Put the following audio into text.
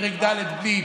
פרק ד' בלי,